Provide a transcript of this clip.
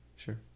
sure